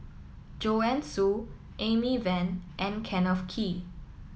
Joanne Soo Amy Van and Kenneth Kee